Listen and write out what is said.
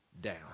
down